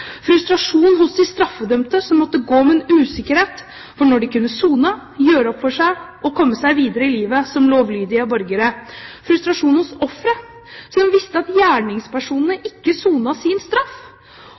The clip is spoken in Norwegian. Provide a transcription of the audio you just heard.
frustrasjon hos de straffedømte, som måtte gå med en usikkerhet for når de kunne sone, gjøre opp for seg og komme seg videre i livet som lovlydige borgere, og frustrasjon hos ofre, som visste at gjerningspersonene